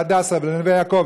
להדסה ולנווה יעקב,